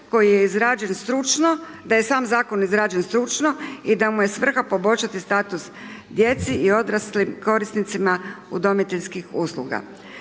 koji je izrađen stručno, da je sam zakon izrađen stručno i da mu je svrhu poboljšati status djeci i odraslim korisnicima udomiteljskih usluga.